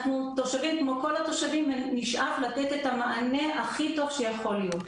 אנחנו תושבים ככל התושבים ונשאף לתת את המענה הכי טוב שיכול להיות.